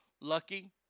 Lucky